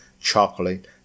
chocolate